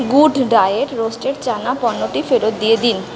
good diet roasted chana পণ্যটি ফেরত দিয়ে দিন